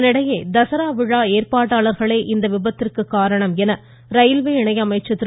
இதனிடையே தசரா விழா ஏற்பாட்டாளர்களே இந்த விபத்திற்கு காரணம் என்று ரயில்வே இணை அமைச்சர் திரு